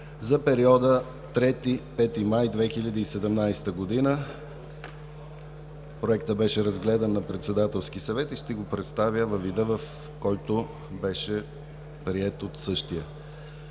за периода 3 – 5 май 2017 г. Той беше разгледан на Председателския съвет и ще го представя във вида, в който беше приет от същия.